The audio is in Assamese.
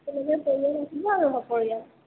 তেনেকৈ পৰিয়াল আহিব আৰু সপৰিয়াল